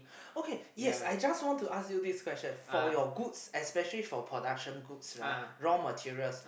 okay yes I just want to ask this question for your goods especially for your production goods right for raw material